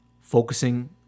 focusing